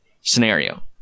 scenario